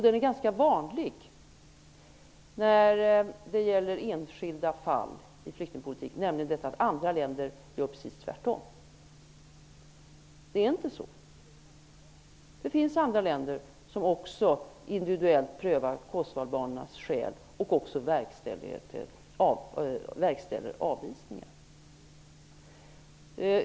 Den är ganska vanlig i flyktningpolitiken när det gäller enskilda fall, och den går ut på att andra länder gör precis tvärtom. Det är inte så. Det finns också andra länder som prövar kosovoalbanernas skäl individuellt och som även verkställer avvisningar.